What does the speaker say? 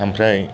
ओमफ्राय